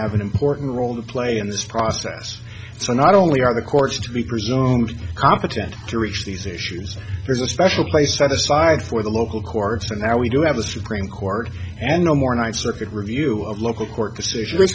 have an important role to play in this process so not only are the courts to be competent to reach these issues there's a special place set aside for the local courts and there we do have a supreme court and no more ninth circuit review of local court decision